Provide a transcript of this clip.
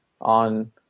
on